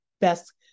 best